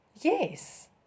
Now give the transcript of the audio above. Yes